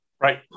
right